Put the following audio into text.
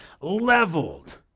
leveled